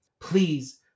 Please